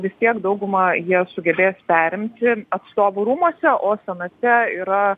vis tiek daugumą jie sugebės perimti atstovų rūmuose o senate yra